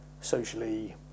socially